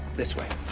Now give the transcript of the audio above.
this way.